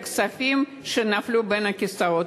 את הכספים שנפלו בין הכיסאות.